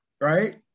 right